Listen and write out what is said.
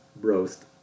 roast